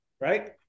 right